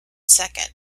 second